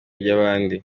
by’abandi